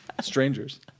Strangers